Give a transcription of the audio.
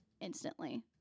instantly